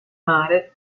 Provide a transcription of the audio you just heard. mare